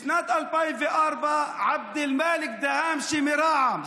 בשנת 2004 עבד אלמאלכ דהאמשה מרע"מ,